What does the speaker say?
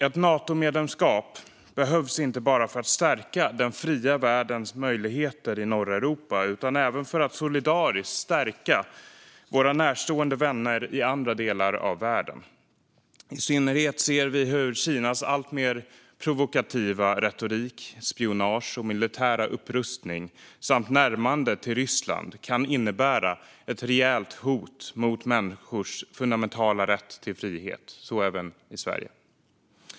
Ett Natomedlemskap behövs inte bara för att stärka den fria världens möjligheter i norra Europa utan även för att solidariskt stärka våra närstående vänner i andra delar av världen. I synnerhet ser vi hur Kinas alltmer provokativa retorik, spionage och militära upprustning samt närmandet till Ryssland kan innebära ett reellt hot mot människors fundamentala rätt till frihet, och så även i Sverige.